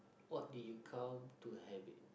what did you come to have it